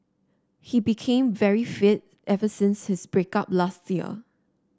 he became very fit ever since his break up last year